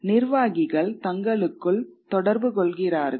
நிர்வாகிகள் தங்களுக்குள் தொடர்புகொள்கிறார்கள்